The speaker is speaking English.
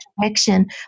direction